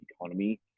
economy